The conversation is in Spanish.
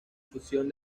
fusión